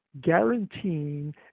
guaranteeing